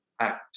Act